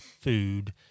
food